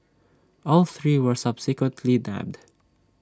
all three were subsequently nabbed